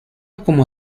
como